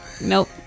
Nope